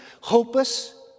hopeless